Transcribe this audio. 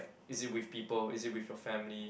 is it with people is it with your family